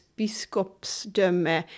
biskopsdöme